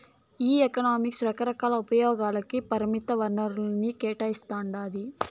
ఈ ఎకనామిక్స్ రకరకాల ఉపయోగాలకి పరిమిత వనరుల్ని కేటాయిస్తాండాది